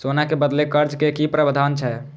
सोना के बदला कर्ज के कि प्रावधान छै?